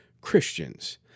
Christians